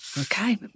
Okay